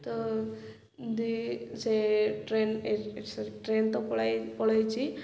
ତ ଦି ସେ ଟ୍ରେନ୍ ଟ୍ରେନ୍ ତ ପଳାଇ ପଳାଇଛି